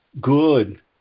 good